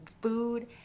food